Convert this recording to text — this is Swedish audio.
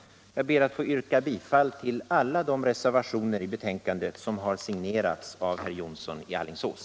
Jag ber att få yrka bifall till alla de reservationer som har signerats av herr Jonsson i Alingsås.